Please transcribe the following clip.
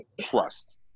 Trust